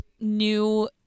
new